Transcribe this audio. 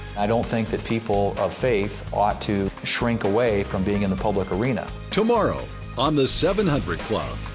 i don't think that people of faith ought to shrink away from being in the public arena. tomorrow on the seven hundred club.